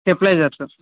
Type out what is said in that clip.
stabilizers